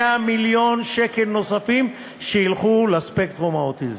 100 מיליון שקל נוספים שילכו למשתייכים לספקטרום האוטיסטי.